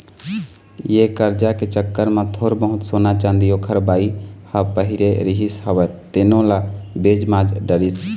ये करजा के चक्कर म थोर बहुत सोना, चाँदी ओखर बाई ह पहिरे रिहिस हवय तेनो ल बेच भांज डरिस